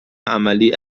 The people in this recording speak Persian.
عملی